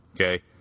okay